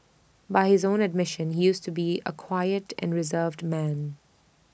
by his own admission he used to be A quiet and reserved man